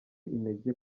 intege